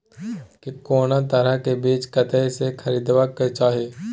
कोनो तरह के बीज कतय स खरीदबाक चाही?